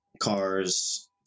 cars